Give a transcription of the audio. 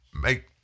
make